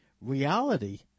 reality